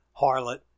harlot